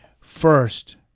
first